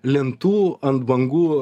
lentų ant bangų